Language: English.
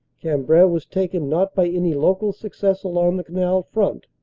cambrai was taken not by any local success along the canal front,